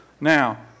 Now